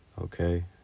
Okay